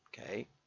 Okay